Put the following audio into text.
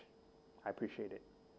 I appreciate it